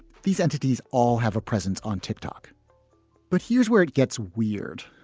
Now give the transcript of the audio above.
these entities all have a presence on tick-tock but here's where it gets weird.